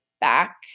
back